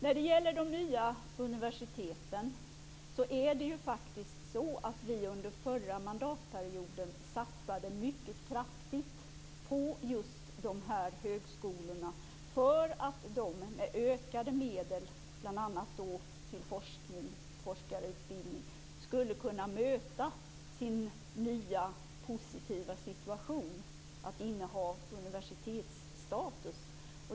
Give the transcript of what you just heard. När det gäller de nya universiteten satsade vi under förra mandatperioden mycket kraftigt på just de här högskolorna för att de med ökade medel, bl.a. till forskning och forskarutbildning, skulle kunna möta sin nya, positiva situation att inneha universitetsstatus.